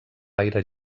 l’aire